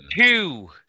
two